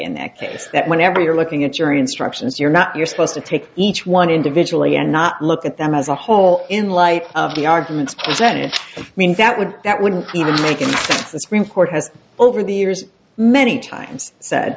in that case that whenever you're looking at your instructions you're not you're supposed to take each one individually and not look at them as a whole in light of the argument is that it means that would that would be taking this report has over the years many times